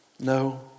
No